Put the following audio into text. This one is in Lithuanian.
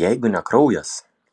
jeigu ne kraujas